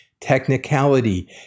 technicality